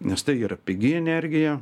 nes tai yra pigi energija